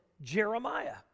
Jeremiah